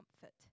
comfort